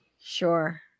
Sure